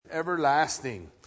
Everlasting